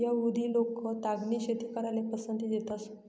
यहुदि लोक तागनी शेती कराले पसंती देतंस